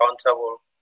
accountable